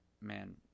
man